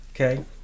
Okay